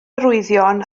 arwyddion